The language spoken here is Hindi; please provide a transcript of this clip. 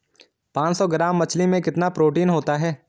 पांच सौ ग्राम मछली में कितना प्रोटीन होता है?